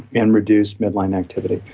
and reduce midline activity.